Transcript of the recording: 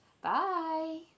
Bye